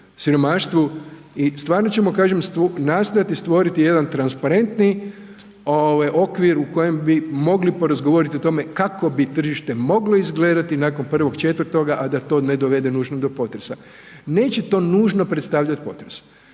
i stvarno ćemo kažem nastojati stvoriti jedan transparentni okvir u kojem bi mogli porazgovoriti o tome kako bi tržište moglo izgledati nakon 1.4., a da to ne dovede nužno do potresa, neće to nužno predstavljat potres.